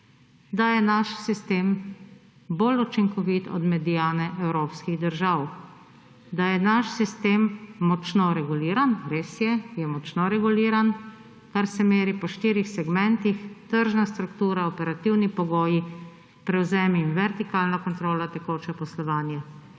Da je naš sistem bolj učinkovit od mediane evropskih držav. Da je naš sistem močno reguliran – res je, je močno reguliran – kar se meri po štirih segmentih: tržna struktura, operativni pogoji, prevzemi in vertikalna kontrola, tekoče poslovanje.